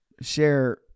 share